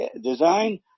design